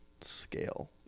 scale